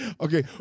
Okay